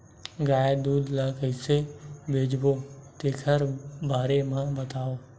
गाय दूध ल कइसे बेचबो तेखर बारे में बताओ?